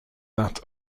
that